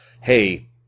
hey